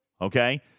okay